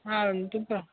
हा दिता